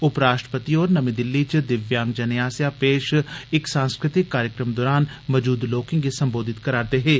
उपराष्ट्रपति होर नमीं दिल्ली च दिव्यांग जनें आस्सेया पेश इक सांस्कृतिक कार्यक्रम दोरान मजूद लोकें गी सम्बोधित करै करदे हे